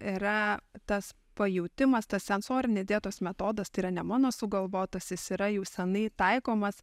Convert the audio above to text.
yra tas pajautimas tas sensorinė dietos metodas yra ne mano sugalvotas jis yra jau senai taikomas